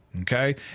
Okay